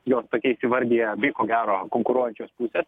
juos tokiais įvardija abi ko gero konkuruojančios pusės